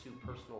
personal